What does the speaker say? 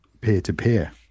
peer-to-peer